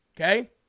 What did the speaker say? Okay